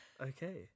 Okay